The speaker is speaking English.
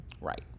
Right